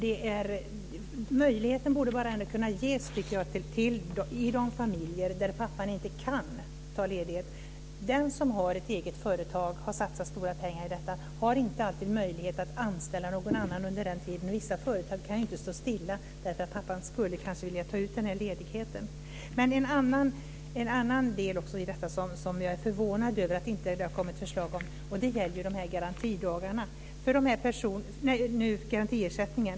Fru talman! Det borde ändå ges en möjlighet, tycker jag, i de familjer där pappan inte kan ta ut ledighet. Den som har ett eget företag och som har satsat stora pengar i det har inte alltid möjlighet att anställa någon annan under denna tid. Vissa företag kan inte stå stilla bara för att pappan kanske skulle vilja ta ut den här ledigheten. Det finns också en annan del i detta där jag är förvånad över att det inte har kommit förslag. Det gäller den här garantiersättningen.